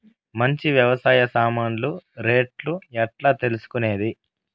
మంచి వ్యవసాయ సామాన్లు రేట్లు ఎట్లా తెలుసుకునేది?